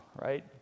right